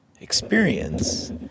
experience